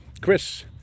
Chris